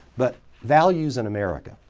but values in america,